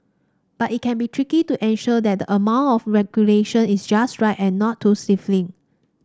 but it can be tricky to ensure that the amount of regulation is just right and not too stifling